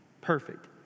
Perfect